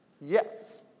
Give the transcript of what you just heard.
Yes